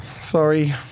Sorry